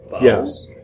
Yes